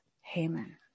Haman